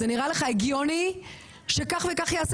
האם זה נראה לו הגיוני שכך וכך ייעשה